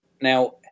Now